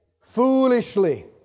Foolishly